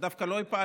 אז דווקא לא הפלנו.